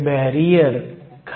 7 silicon 1